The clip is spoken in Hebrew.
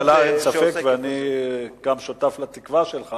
ועדת הכלכלה, אין ספק, ואני גם שותף לתקווה שלך